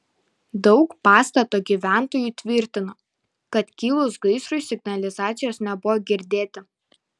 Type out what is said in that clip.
daug pastato gyventojų tvirtino kad kilus gaisrui signalizacijos nebuvo girdėti